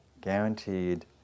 guaranteed